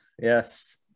Yes